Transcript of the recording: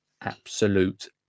absolute